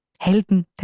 Helden